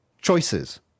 choices